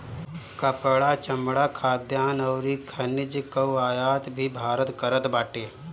कपड़ा, चमड़ा, खाद्यान अउरी खनिज कअ आयात भी भारत करत बाटे